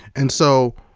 and so,